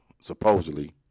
supposedly